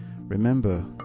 Remember